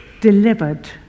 delivered